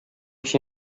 się